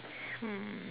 hmm